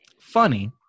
funny